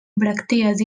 bràctees